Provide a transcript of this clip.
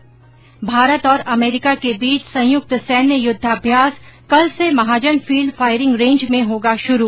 ् भारत और अमेरिका के बीच संयुक्त सैन्य युद्धाम्यास कल से महाजन फील्ड फायरिंग रेंज में होगा शुरू